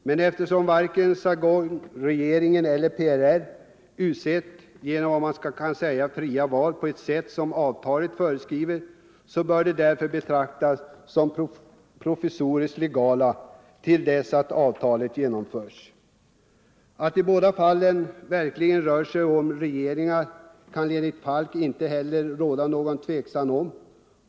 Och eftersom varken Saigonregeringen eller PRR utsetts genom fria val på sätt som avtalet föreskriver bör de betraktas som provisoriskt legala till dess att avtalet genomförts. Att det i båda fallen möjligen rör sig om regeringar kan det enligt Falk inte råda någon tvekan om.